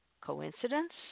Coincidence